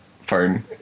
phone